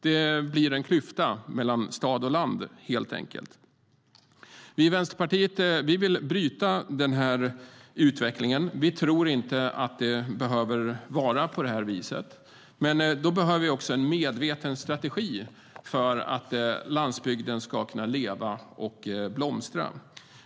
Det blir helt enkelt en klyfta mellan stad och land. Vi i Vänsterpartiet vill bryta den utvecklingen. Vi tror inte att det behöver vara på det viset, men då behöver vi en medveten strategi för att landsbygden ska kunna leva och blomstra.